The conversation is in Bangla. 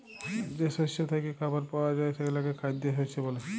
যে শস্য থ্যাইকে খাবার পাউয়া যায় সেগলাকে খাইদ্য শস্য ব্যলে